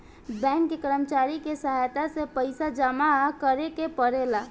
bank के कर्मचारी के सहायता से पइसा जामा करेके पड़ेला